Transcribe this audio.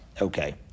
Okay